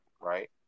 Right